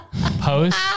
post